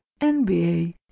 NBA